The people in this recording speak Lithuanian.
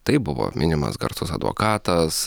taip buvo minimas garsus advokatas